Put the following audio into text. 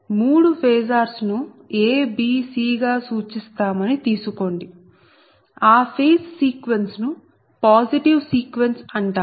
మూడు ఫేసార్స్ ను a b c గా సూచిస్తామని తీసుకోండి ఆ ఫేజ్ సీక్వెన్స్ ను పాజిటివ్ సీక్వెన్స్ అంటారు